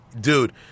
Dude